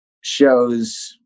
shows